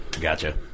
gotcha